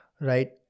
Right